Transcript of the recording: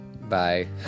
Bye